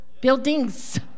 Buildings